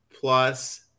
plus